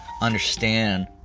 understand